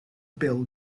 bill